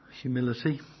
humility